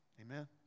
Amen